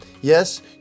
Yes